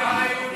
בכי על היהודים.